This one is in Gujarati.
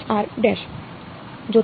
વિદ્યાર્થી f